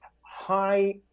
high